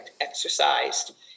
exercised